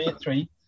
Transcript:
three